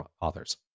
authors